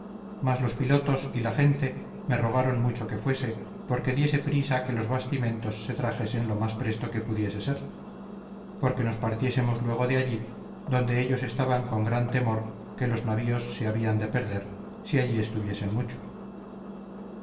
mas los pilotos y la gente me rogaron mucho que fuese porque diese prisa que los bastimentos se trajesen lo más presto que pudiese ser porque nos partiésemos luego de allí donde ellos estaban con gran temor que los navíos se habían de perder si allí estuviesen mucho